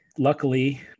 Luckily